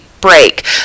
break